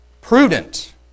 Prudent